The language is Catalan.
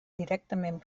directament